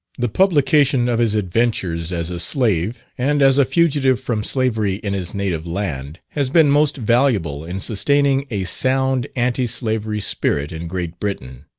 the publication of his adventures as a slave, and as a fugitive from slavery in his native land, has been most valuable in sustaining a sound anti-slavery spirit in great britain.